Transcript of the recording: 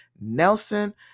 Nelson